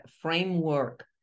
framework